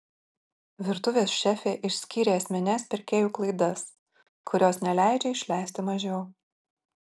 virtuvės šefė išskyrė esmines pirkėjų klaidas kurios neleidžia išleisti mažiau